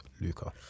Luca